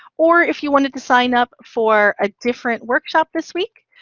or if you wanted to sign up for a different workshop this week,